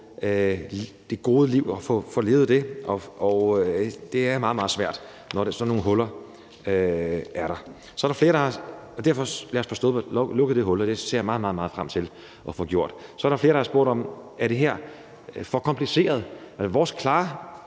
det gode liv. Det er meget, meget svært, når sådan nogle huller er der. Lad os derfor få lukket det hul, og det ser jeg meget, meget frem til at få gjort. Så er der flere, der har spurgt, om det her er for kompliceret. Det er